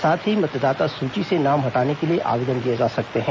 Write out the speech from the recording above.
साथ ही मतदाता सूची से नाम हटाने के लिए आवेदन दिए जा सकते हैं